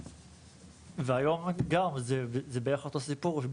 והיום גם זה בערך אותו סיפור,